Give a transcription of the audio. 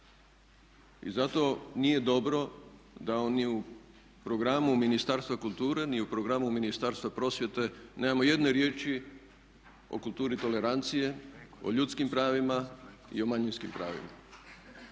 I zato nije dobro da ni u programu Ministarstva kulture ni u programu Ministarstva prosvjete nemamo jedne riječi o kulturi tolerancije, o ljudskim pravima i o manjinskim pravima.